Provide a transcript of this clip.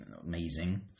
amazing